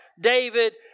David